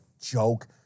joke